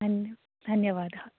धन्य धन्यवादः